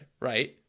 right